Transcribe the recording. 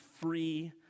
free